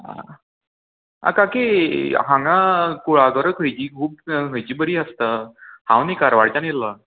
आं आं काकी हांगा कुळागरां खंयची खूब खंयची बरीं आसता हांव न्ही कारवारच्यान येयला